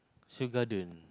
Seoul-garden